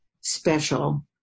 special